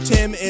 Tim